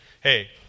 hey